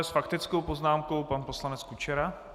S faktickou poznámkou pan poslanec Kučera.